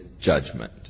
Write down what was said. judgment